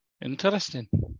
Interesting